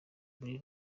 muri